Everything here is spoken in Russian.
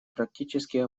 практически